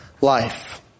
life